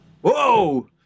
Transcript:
Whoa